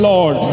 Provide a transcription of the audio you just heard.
Lord